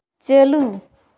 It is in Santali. ᱪᱟᱹᱞᱩ